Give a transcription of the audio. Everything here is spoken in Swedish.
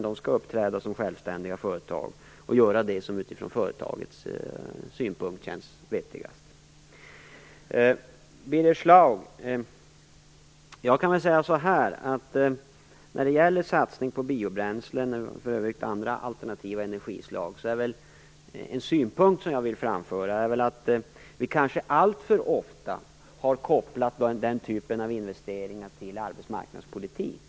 De skall uppträda som självständiga företag och göra det som utifrån företagets synpunkt känns vettigast. Vad Birger Schlaugs fråga beträffar kan jag säga så här: När det gäller satsning på biobränslen och även andra alternativa energislag har vi kanske alltför ofta kopplat den typen av investeringar till arbetsmarknadspolitik.